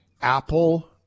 Apple